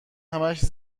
همش